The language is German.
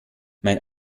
mein